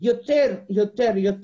יותר טוב להיות